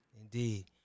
Indeed